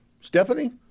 Stephanie